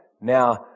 Now